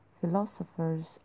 philosophers